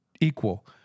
equal